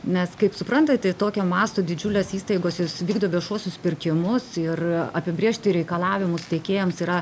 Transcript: nes kaip suprantate tokio masto didžiulės įstaigos jos vykdo viešuosius pirkimus ir apibrėžti reikalavimus tiekėjams yra